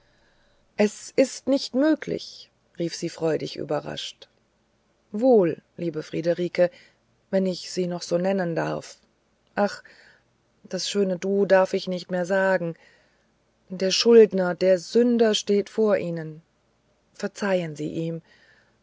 es ist nicht möglich rief sie freudig überrascht wohl liebe friederike wenn ich sie noch so nennen darf ach das schöne du darf ich nicht mehr sagen der schuldner der sünder steht vor ihnen verzeihen sie ihm